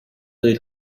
del